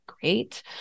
great